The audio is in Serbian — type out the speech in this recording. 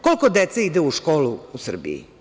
Koliko dece ide u školu u Srbiji?